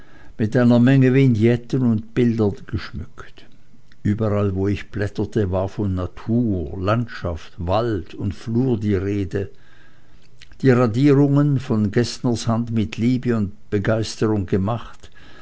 mit einer menge vignetten und bildern geschmückt überall wo ich blätterte war von natur landschaft wald und flur die rede die radierungen von geßners hand mit liebe und begeisterung gemacht